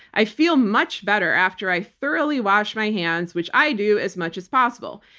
i feel much better after i thoroughly wash my hands, which i do as much as possible.